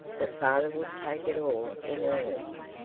that father would take it all in earnest.